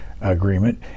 agreement